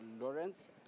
Lawrence